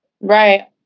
Right